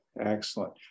Excellent